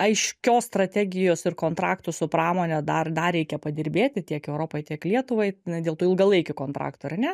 aiškios strategijos ir kontrakto su pramone dar dar reikia padirbėti tiek europai tiek lietuvai na dėl tų ilgalaikių kontraktų ar ne